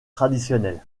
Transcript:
traditionnel